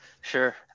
Sure